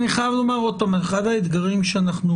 אני חייב לומר עוד פעם, אחד האתגרים שאנחנו.